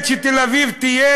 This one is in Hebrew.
מי שרוצה להיות